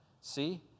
...see